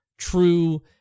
True